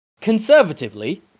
conservatively